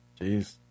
Jeez